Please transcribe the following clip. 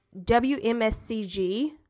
WMSCG